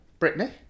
Britney